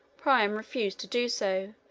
priam refused to do so,